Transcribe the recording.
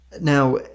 Now